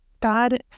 God